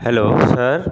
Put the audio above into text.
hello sir